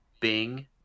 Bing